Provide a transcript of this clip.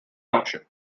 township